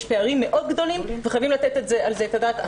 יש פערים מאוד גדולים וחייבים לתת על זה את הדעת.